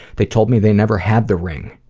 they told me they never had the ring.